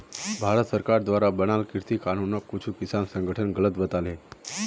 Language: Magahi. भारत सरकार द्वारा बनाल कृषि कानूनोक कुछु किसान संघठन गलत बताहा